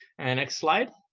and next slide.